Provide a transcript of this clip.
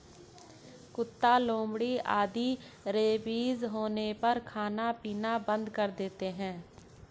कुत्ता, लोमड़ी आदि रेबीज होने पर खाना पीना बंद कर देते हैं